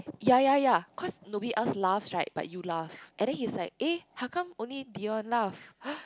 ya ya ya cause nobody else laughs [right] but you laugh and then he's like eh how come only Dion laugh